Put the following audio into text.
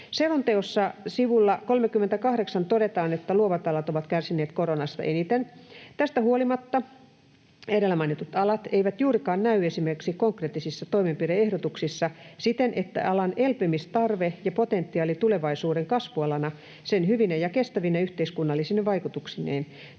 Selonteossa sivulla 38 todetaan, että ”luovat alat ovat kärsineet koronasta eniten. Tästä huolimatta edellä mainitut alat eivät juurikaan näy esimerkiksi konkreettisissa toimenpide-ehdotuksissa siten, että alan elpymistarve ja potentiaali tulevaisuuden kasvualana sen hyvine ja kestävine yhteiskunnallisine vaikutuksineen